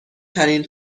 ترین